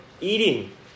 eating